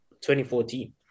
2014